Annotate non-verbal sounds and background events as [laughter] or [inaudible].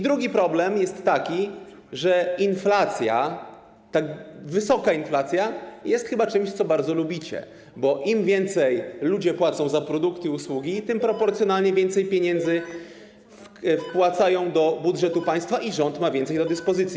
Drugi problem jest taki, że inflacja, wysoka inflacja, jest chyba czymś, co bardzo lubicie, bo im więcej ludzie płacą za produkty i usługi, tym proporcjonalnie [noise] więcej pieniędzy wpłacają do budżetu państwa i rząd ma więcej do dyspozycji.